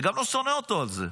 וגם לא שונא אותו על זה.